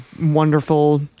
wonderful